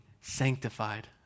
sanctified